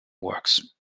works